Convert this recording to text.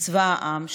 צבא העם,